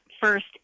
first